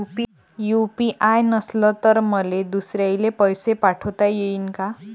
UPI नसल तर मले दुसऱ्याले पैसे पाठोता येईन का?